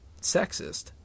sexist